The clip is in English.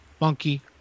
monkey